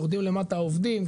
יורדים למטה עובדים,